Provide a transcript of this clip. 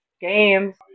games